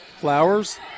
Flowers